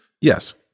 Yes